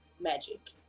magic